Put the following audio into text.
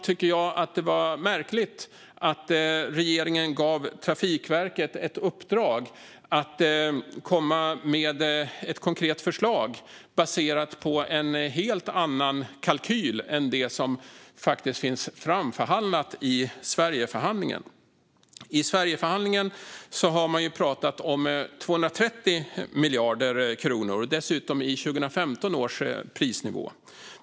Därför var det märkligt att regeringen gav Trafikverket i uppdrag att komma med ett konkret förslag baserat på en helt annan kalkyl än den som förhandlats fram i Sverigeförhandlingen. I Sverigeförhandlingen har man pratat om 230 miljarder kronor, dessutom i 2015 års prisnivå.